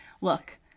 look